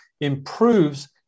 improves